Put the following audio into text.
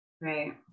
right